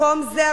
במקום זה,